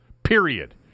Period